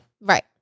Right